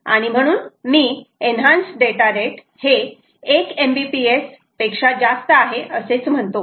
आणि म्हणून मी एन्हांस डेटा रेट हे 1 MBPS पेक्षा जास्त आहे असेच म्हणतो